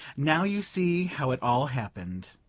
now you see how it all happened.